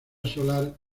solar